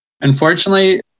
Unfortunately